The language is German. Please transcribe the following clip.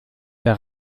der